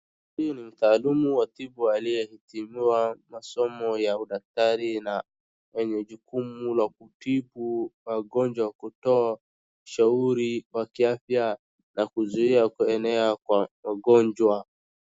Huyu ni mtaalumu wa tibu aliyetimiwa masomo ya udaktari na mwenye jukumu la kutibu magonjwa, kutoa ushauri wa kiafya na kuzuia kuenea kwa magojwa.